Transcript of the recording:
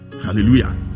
hallelujah